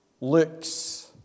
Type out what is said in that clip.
looks